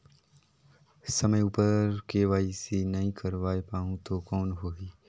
समय उपर के.वाई.सी नइ करवाय पाहुं तो कौन होही?